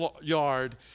yard